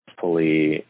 fully